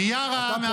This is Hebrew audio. מיארה,